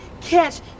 catch